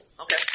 Okay